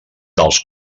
dels